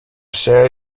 się